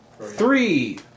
Three